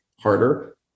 harder